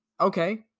Okay